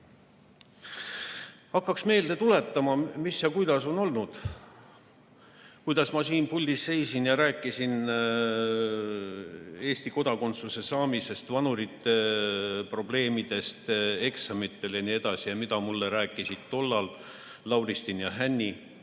Hakkaks meelde tuletama, mis ja kuidas on olnud, kuidas ma siin puldis seisin ja rääkisin Eesti kodakondsuse saamisest, vanurite probleemidest eksamitel jne, ja mida mulle rääkisid tollal Lauristin ja Hänni.